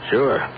Sure